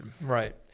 Right